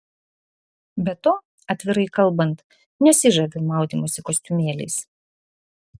be to atvirai kalbant nesižaviu maudymosi kostiumėliais